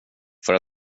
för